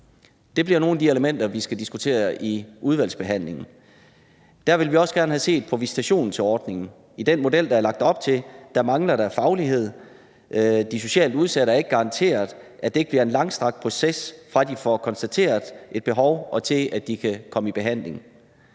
Det bliver nogle af de elementer, vi skal diskutere i udvalgsbehandlingen. Der vil vi også gerne have set på visitationsordningen. I den model, der er lagt op til, mangler der faglighed. De socialt udsatte er ikke garanteret, at det ikke bliver en langstrakt proces, fra de får konstateret et behov, til de kan komme i behandling.